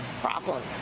problem